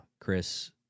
Chris